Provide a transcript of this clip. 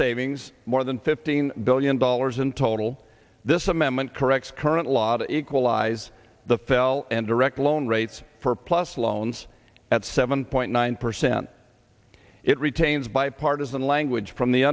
savings more than fifteen billion dollars in total this amendment corrects current law to equalize the fell and direct loan rates plus loans at seven point one percent it retains bipartisan language from the